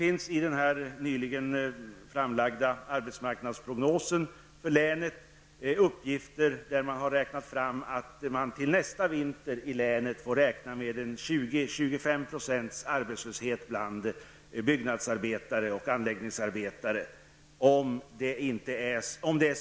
I den nyligen framlagda arbetsmarknadsprognosen för länet finns uppgifter om att länet till nästa vinter, med nu planerad byggvolym, får räkna med en arbetslöshet på 20--25 % bland byggnadsarbetare och anläggningsarbetare.